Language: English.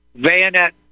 bayonet